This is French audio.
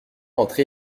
entrer